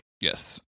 yes